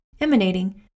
emanating